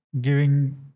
giving